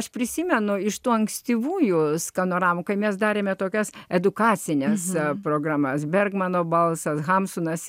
aš prisimenu iš tų ankstyvųjų skanoramų kai mes darėme tokias edukacines programas bergmano balsas hamsunas